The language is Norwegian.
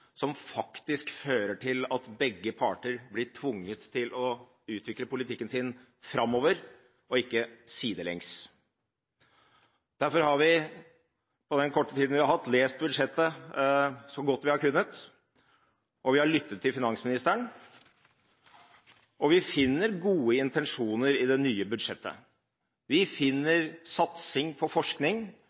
som faktisk fører til at begge parter blir tvunget til å utvikle politikken sin framover og ikke sidelengs. Derfor har vi – på den korte tida vi har hatt – lest budsjettet så godt vi har kunnet, vi har lyttet til finansministeren, og vi finner gode intensjoner i det nye budsjettet. Vi finner satsing på forskning,